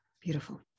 Beautiful